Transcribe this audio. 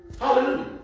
Hallelujah